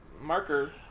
Marker